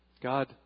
God